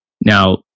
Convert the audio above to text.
Now